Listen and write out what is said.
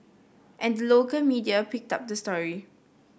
and the local media picked up the story